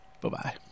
Bye-bye